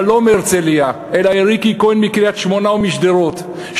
אבל לא מהרצלייה אלא ריקי כהן מקריית-שמונה ומשדרות,